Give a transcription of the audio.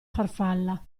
farfalla